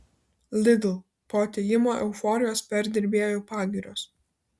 lidl po atėjimo euforijos perdirbėjų pagirios